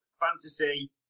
Fantasy